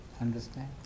understand